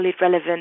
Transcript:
relevant